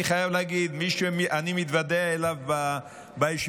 אני חייב להגיד שמי שאני מתוודע אליו בישיבות,